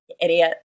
Idiot